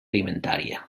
alimentària